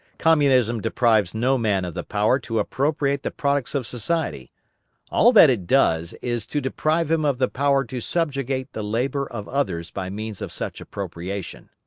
communism deprives no man of the power to appropriate the products of society all that it does is to deprive him of the power to subjugate the labour of others by means of such appropriation.